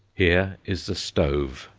here is the stove,